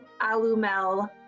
Alumel